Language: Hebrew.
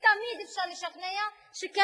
תמיד אפשר לשכנע שכן,